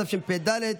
התשפ"ד 2023,